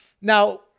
now